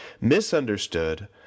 misunderstood